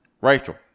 Rachel